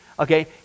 okay